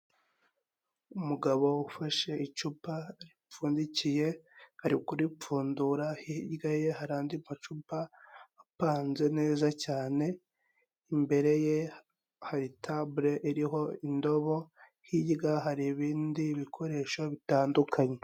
Umugabo ufashe icupa ripfundikiye ari kuripfundura, hirya ye hari andi macupa apanze neza cyane, imbere ye hari tabule iriho indobo, hirya hari ibindi bikoresho bitandukanye.